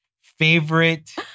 Favorite